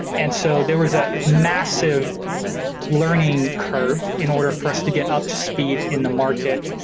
and so there was a massive learning curve in order for us to get up to speed in the market.